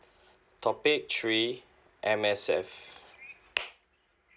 topic three M_S_F